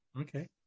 okay